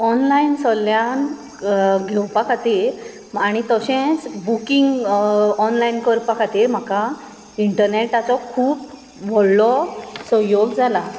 online सल्ल्यान घेवपा खातीर आनी तशेंच कुकींग ऑनलायन करपा खातीर म्हाका इनटरनॅटाचो खूब व्हडलो संयोग जाला